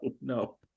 no